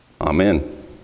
amen